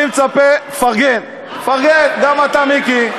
אני מצפה, תפרגן, תפרגן, גם אתה, מיקי.